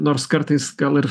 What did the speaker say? nors kartais gal ir